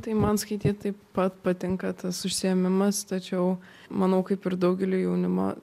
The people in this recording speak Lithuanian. tai man skaityt taip pat patinka tas užsiėmimas tačiau manau kaip ir daugeliui jaunimo